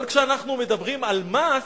אבל כשאנחנו מדברים על מס,